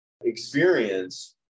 experience